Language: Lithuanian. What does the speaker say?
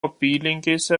apylinkėse